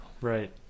Right